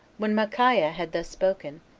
when micaiah had thus spoken,